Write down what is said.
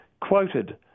quoted